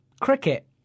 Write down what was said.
Cricket